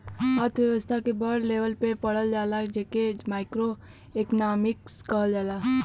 अर्थव्यस्था के बड़ लेवल पे पढ़ल जाला जे के माइक्रो एक्नामिक्स कहल जाला